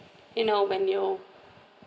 you know when you